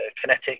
kinetic